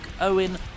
Owen